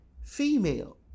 female